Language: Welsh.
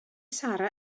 sarra